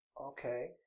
Okay